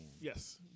Yes